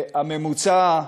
שבממוצע,